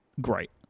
great